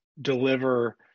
deliver